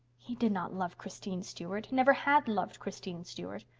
he did not love christine stuart never had loved christine stuart.